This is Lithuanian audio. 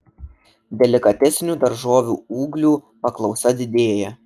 delikatesinių daržovių ūglių paklausa didėja